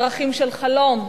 ערכים של חלום,